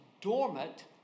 dormant